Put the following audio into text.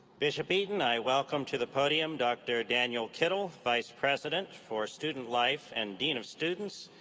bishop eaton, i welcome to the podium dr. daniel kittle, vice president for student life and dean of students,